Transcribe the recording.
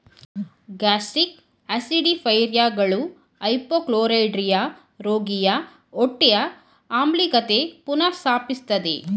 gastric ಆಸಿಡಿಫೈಯರ್ಗಳು hypochlorhydria ರೋಗಿಯ ಹೊಟ್ಟೆಯ ಆಮ್ಲೀಯತೆ ಪುನಃ ಸ್ಥಾಪಿಸ್ತದೆ